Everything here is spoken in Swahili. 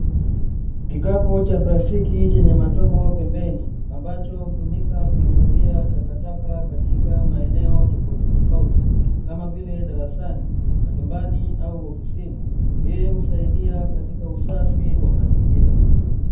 Kikapu cha plastiki chenye matobo pembeni, ambacho hutumika kuhifadhia takataka katika maeneo tofauti tofauti kama vile darasani, majumbani au ofisini hii husaidia katika usafi wa mazingira.